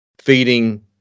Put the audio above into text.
feeding